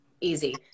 easy